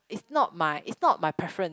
it's not my it's not my preference